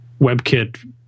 WebKit